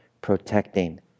protecting